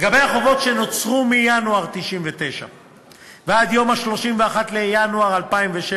לגבי החובות שנוצרו מינואר 1999 ועד 31 בינואר 2007,